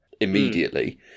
immediately